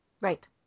Right